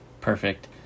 Perfect